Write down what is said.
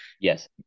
yes